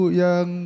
yang